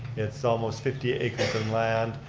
it's almost fifty acres in land.